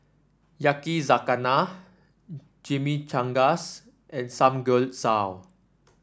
Yakizakana Chimichangas and Samgeyopsal